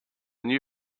new